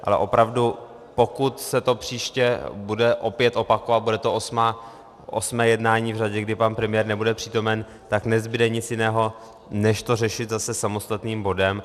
Ale opravdu, pokud se to příště bude opět opakovat, bude to osmé jednání v řadě, kdy pan premiér nebude přítomen, tak nezbude nic jiného, než to řešit zase samostatným bodem.